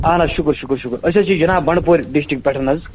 اہن حظ شُکُر شُکُر شُکُر أسۍ حظ چھِ جناب بنٛڈٕ پورِ ڈِسٹِرٛک پٮ۪ٹھ حظ